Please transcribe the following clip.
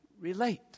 relate